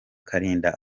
kalinda